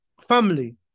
family